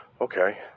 Okay